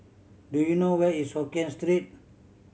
do you know where is Hokkien Street